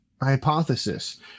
hypothesis